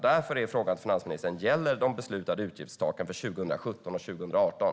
Därför är frågan till finansministern: Gäller de beslutade utgiftstaken för 2017 och 2018?